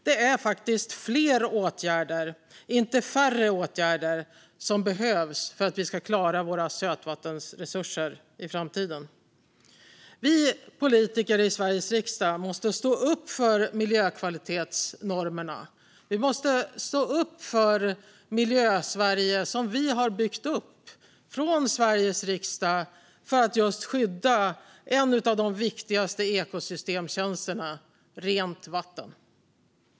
Det är faktiskt fler och inte färre åtgärder som behövs för att vi ska klara våra sötvattensresurser i framtiden. Vi politiker i Sveriges riksdag måste stå upp för miljökvalitetsnormerna. Vi måste stå upp för Miljösverige, som vi i Sveriges riksdag har byggt upp för att just skydda en av de viktigaste ekosystemtjänsterna: rent vatten.